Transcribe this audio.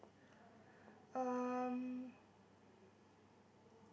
um